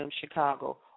Chicago